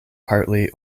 partly